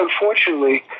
unfortunately